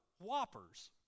Whoppers